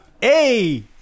Hey